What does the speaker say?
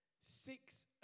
Six